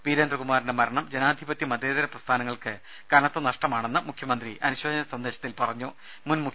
വീരേന്ദ്രകുമാറിന്റെ മരണം ജനാധിപത്യ മതേതര പ്രസ്ഥാനങ്ങൾക്ക് കനത്ത നഷ്ടമാണെന്ന് മുഖ്യമന്ത്രി അനുശോചന സന്ദേശത്തിൽ പറഞ്ഞു